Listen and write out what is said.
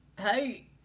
hey